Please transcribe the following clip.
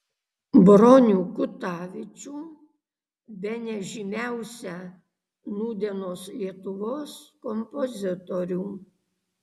bronių kutavičių bene žymiausią nūdienos lietuvos kompozitorių